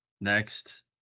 next